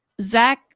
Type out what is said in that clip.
Zach